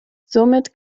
somit